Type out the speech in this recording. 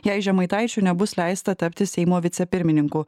jei žemaitaičiui nebus leista tapti seimo vicepirmininku